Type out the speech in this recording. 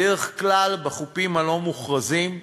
בדרך כלל בחופים הלא-מוכרזים: